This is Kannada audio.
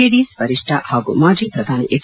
ಜೆಡಿಎಸ್ ವರಿಷ್ಠ ಹಾಗೂ ಮಾಜಿ ಪ್ರಧಾನಿ ಎಚ್